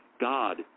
God